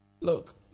Look